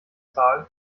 zahl